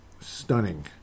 Stunning